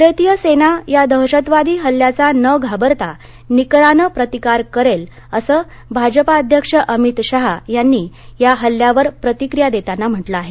भारतीय सेना या दहशतवादी हल्ल्याचा न घाबरता निकरानं प्रतिकार करेल असं भाजपा अध्यक्ष अमित शाह यांनी या हल्ल्यावर प्रतिक्रिया देताना म्हटलं आहे